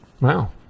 Wow